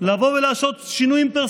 לבורא עולם,